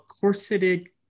corseted